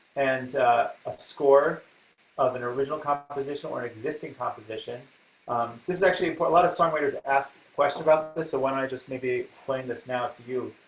and a score of an original composition or an existing composition. this is actually a lot of songwriters ask questions about this, so why don't i just maybe explain this now to you,